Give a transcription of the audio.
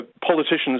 politicians